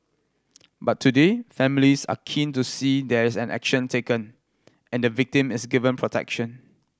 but today families are keen to see there is an action taken and the victim is given protection